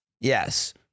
Yes